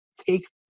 take